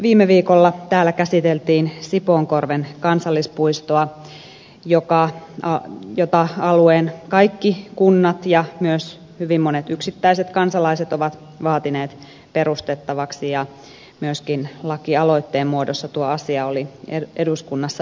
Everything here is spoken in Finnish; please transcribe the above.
viime viikolla täällä käsiteltiin sipoonkorven kansallispuistoa jota alueen kaikki kunnat ja myös hyvin monet yksittäiset kansalaiset ovat vaatineet perustettavaksi ja myöskin lakialoitteen muodossa tuo asia oli eduskunnassa esillä